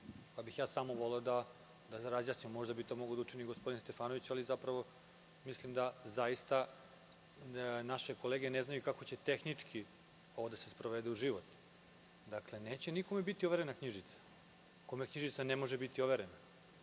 pa bih voleo da to razjasnimo. Možda bi to mogao da učini gospodin Stefanović, ali zapravo mislim da zaista naše kolege ne znaju kako će tehnički ovo da se sprovede u život. Dakle, neće nikome biti overena knjižica, kome knjižica ne može biti overena,